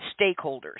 stakeholders